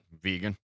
Vegan